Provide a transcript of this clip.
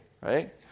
right